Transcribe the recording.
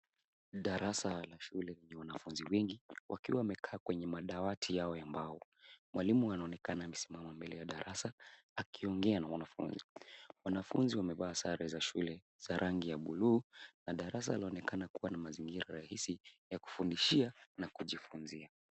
Darasa la shule lenye wanafunzi wengi wakiwa wamekaa kwenye madawati yao ya mbao. Mwalimu anaonekana amesimama mbele ya darasa akiongea na wanafunzi. Wanafunzi wamevaa sare za shule za rangi ya bluu na darasa laonekena kuwa na mazigira rahisi ya kufundishia na kujifunzia.